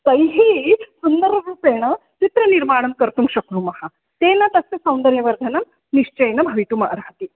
तैः सुन्दररूपेण चित्रनिर्माणं कर्तुं शक्नुमः तेन तस्य सौन्दर्यवर्धनं निश्चयेन भवितुम् अर्हति